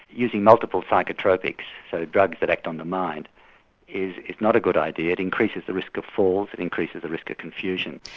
using multiple psychotropics so drugs that act on the mind is not a good idea, it increases the risk of falls, it increases the risk of confusion.